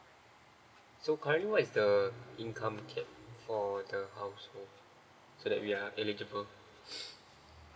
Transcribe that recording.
so currently what is the income cap for the household so that we are eligible